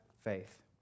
faith